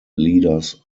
leaders